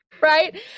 right